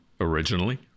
originally